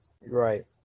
Right